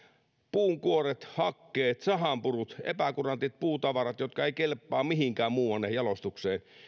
puunkuoret hakkeet sahanpuru epäkurantit puutavarat jotka eivät kelpaa mihinkään muualle jalostukseen